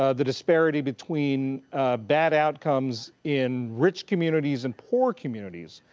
ah the disparity between bad outcomes in rich communities and poor communities.